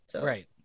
Right